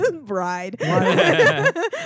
bride